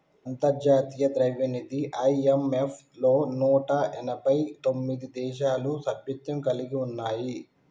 అంతర్జాతీయ ద్రవ్యనిధి ఐ.ఎం.ఎఫ్ లో నూట ఎనభై తొమ్మిది దేశాలు సభ్యత్వం కలిగి ఉన్నాయి